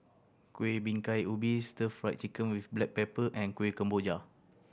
Kuih Bingka Ubi Stir Fried Chicken with black pepper and Kueh Kemboja